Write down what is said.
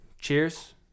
cheers